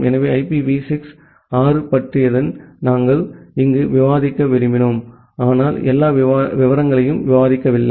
எனவே ஐபிவி 6 பற்றியதுதான் நாங்கள் இங்கு விவாதிக்க விரும்பினோம் ஆனால் நான் எல்லா விவரங்களையும் விவாதிக்கவில்லை